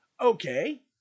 Okay